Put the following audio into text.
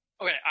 Okay